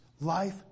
Life